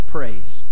Praise